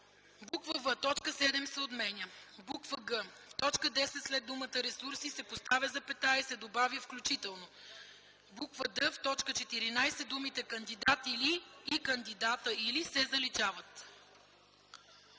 точка 7 се отменя; г) в т. 10 след думата „ресурси” се поставя запетая и се добавя „включително”; д) в т. 14 думите „кандидат или” и „кандидата или” се заличават.”